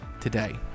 today